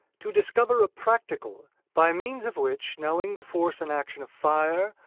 to discover a practical, by means of which, knowing the force and action of fire,